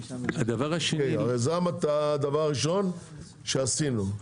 הרי זה הדבר הראשון שעשינו.